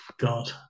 God